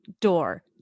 door